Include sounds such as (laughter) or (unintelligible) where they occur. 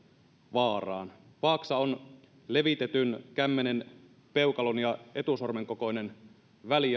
vaaraan vaaksa on levitetyn kämmenen peukalon ja etusormen kokoinen väli (unintelligible)